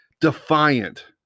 defiant